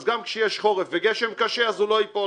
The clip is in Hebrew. אז גם כשיש חורף וגשם קשה אז הוא לא ייפול.